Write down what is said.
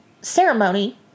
ceremony